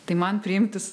tai man priimti